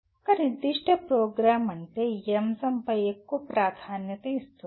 ఒక నిర్దిష్ట ప్రోగ్రామ్ అంటే ఈ అంశంపై ఎక్కువ ప్రాధాన్యత ఇస్తుంది